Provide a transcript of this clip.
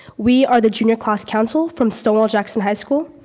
we are the junior class council from stonewall jackson high school.